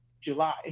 July